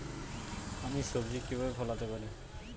আমি সবজি কিভাবে ফলাতে পারি?